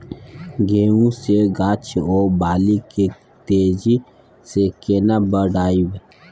गेहूं के गाछ ओ बाली के तेजी से केना बढ़ाइब?